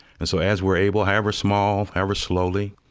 and so as we're able, however small, however slowly,